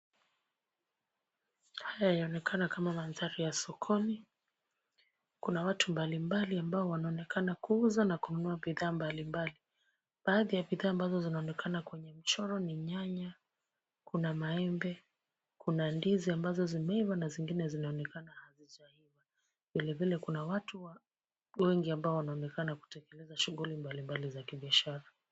Haya yanaonekana kama mandhari ya sokoni. Kuna watu mbalimbali ambao wanaonekana kuuza na kununua bidhaa mbalimbali. Baadhi ya bidhaa ambazo zinaonekana kwenye mchoro ni nyanga, kuna maembe, kuna ndizi ambazo zimeiva na zingine zinaonekana hazijaiva. Vilevile kuna watu wengi ambao wanaonekana kutengeneza shughuli mbalimbali za kibiashara.